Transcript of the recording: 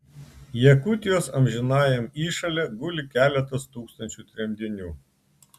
jakutijos amžinajam įšale guli keletas tūkstančių tremtinių